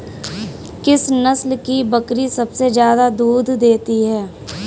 किस नस्ल की बकरी सबसे ज्यादा दूध देती है?